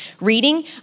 reading